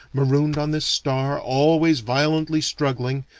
marooned on this star, always violently struggling,